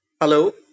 Hello